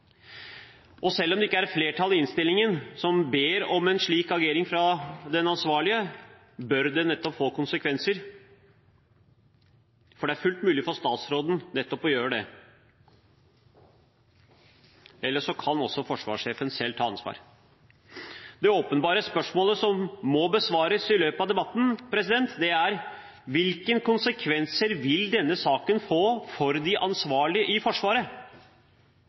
dette. Selv om det ikke er et flertall som i innstillingen ber om en slik agering fra den ansvarlige, bør det få konsekvenser, for det er fullt mulig for statsråden å gjøre nettopp det. Eller så kan også forsvarssjefen selv ta ansvar. Det åpenbare spørsmålet som må besvares i løpet av debatten, er: Hvilke konsekvenser vil denne saken få for de ansvarlige i Forsvaret?